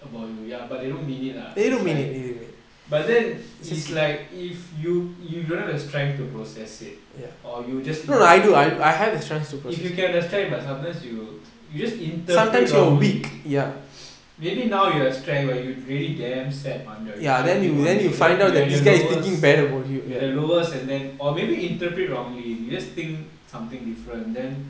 about you ya but they don't mean it it's like but then it's like if you you don't have the strength to process it or you just if you can have the strength but sometimes you just interpret wrongly maybe now you have strength but you really damn sad and the you can't think one day then when you are at your lowest you at your lowest and then or maybe interpret wrongly you just think something different then